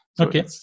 Okay